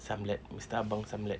samled mister abang samled